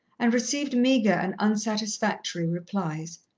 and received meagre and unsatisfactory replies,